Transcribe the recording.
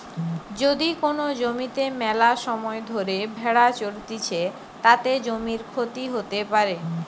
যদি কোন জমিতে মেলাসময় ধরে ভেড়া চরতিছে, তাতে জমির ক্ষতি হতে পারে